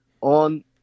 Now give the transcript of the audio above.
On